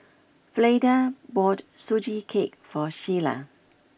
Fleda bought Sugee Cake for Shiela